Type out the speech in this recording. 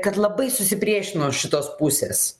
kad labai susipriešino šitos pusės